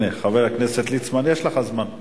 הנה, חבר הכנסת ליצמן, יש לך זמן.